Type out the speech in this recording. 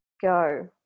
go